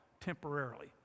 temporarily